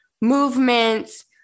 movements